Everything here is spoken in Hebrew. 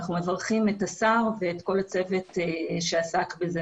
אנחנו מברכים את השר ואת כל הצוות שעסק בזה.